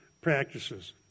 practices